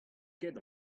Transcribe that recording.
ket